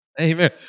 Amen